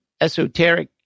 esoteric